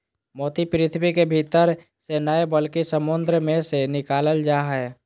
मोती पृथ्वी के भीतर से नय बल्कि समुंद मे से निकालल जा हय